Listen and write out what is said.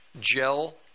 gel